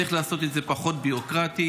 צריך לעשות את זה פחות ביורוקרטי.